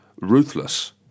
ruthless